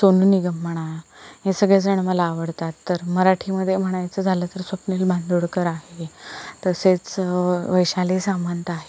सोनू निगम म्हणा हे सगळे जणं मला आवडतात तर मराठीमध्ये म्हणायचं झालं तर स्वप्नील बांदोडकर आहे तसेच वैशाली सामंत आहेत